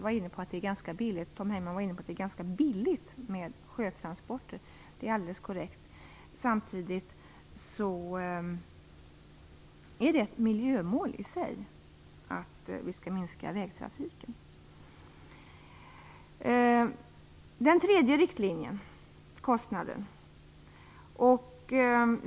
Tom Heyman var inne på att det är ganska billigt med sjötransporter. Det är helt riktigt. Samtidigt är det ett miljömål i sig att vi skall minska vägtrafiken. Den tredje riktlinjen är kostnaden.